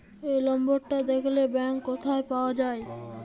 এই লম্বরটা দ্যাখলে ব্যাংক ক্যথায় পাউয়া যায়